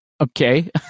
Okay